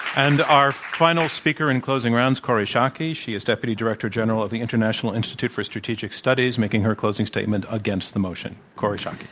and our final speaker in closing rounds, kori schake. she is deputy director-general of the international institute for strategic studies, making her closing statement against the motion. kori schake?